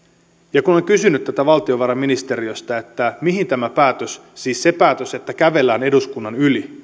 ja kun olen kysynyt tätä valtiovarainministeriöstä mihin tämä päätös perustuu siis se päätös että kävellään eduskunnan yli